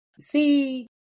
See